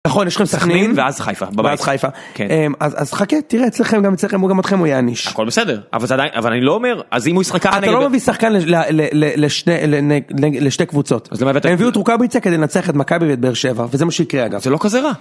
נכון, יש לכם סכנין, ואז חיפה, ואז חיפה, אז חכה, תראה, אצלכם, גם אצלכם, הוא גם אתכם הוא יעניש. הכל בסדר, אבל זה עדיין, אבל אני לא אומר, אז אם הוא ישחק ככה נגד... אתה לא מביא שחקן לשני, לשתי קבוצות, הם הביאו את רוקאביצה כדי לנצח את מכבי ואת באר שבע, וזה מה שיקרה אגב. זה לא כזה רע.